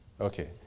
Okay